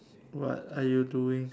what are you doing